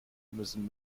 müssen